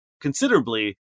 considerably